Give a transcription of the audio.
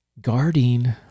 guarding